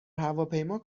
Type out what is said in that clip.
هواپیما